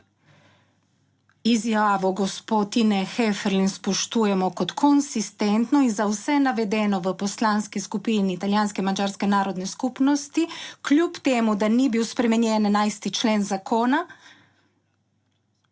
Izjavo gospe Tine Heferle spoštujemo kot konsistentno in za vse navedeno v Poslanski skupini italijanske in madžarske narodne skupnosti kljub temu, da ni bil spremenjen 11. člen zakona,